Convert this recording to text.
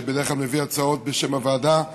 שבדרך כלל מביא הצעות בשם הוועדה,